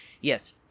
yes